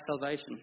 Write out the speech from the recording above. salvation